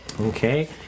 okay